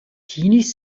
teenies